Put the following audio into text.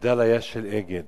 המחדל היה של "אגד".